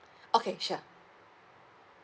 okay sure